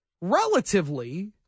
relatively